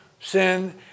sin